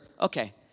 okay